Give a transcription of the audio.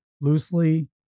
Loosely